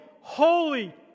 holy